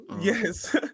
Yes